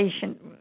patient